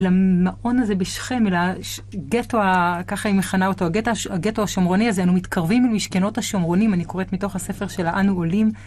למעון הזה בשכם. אל הגטו, ככה היא מכנה אותו, הגטו השומרוני הזה, אנו מתקרבים למשכנות השומרונים. אני קוראת מתוך הספר של האנו עולים.